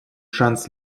шанс